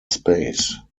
space